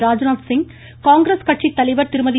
ராஜ்நாத்சிங் காங்கிரஸ் கட்சித் தலைவர் திருமதி